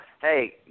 Hey